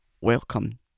Welcome